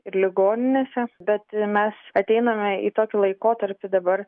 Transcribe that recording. ir ligoninėse bet mes ateiname į tokį laikotarpį dabar